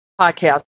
podcast